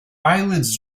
eyelids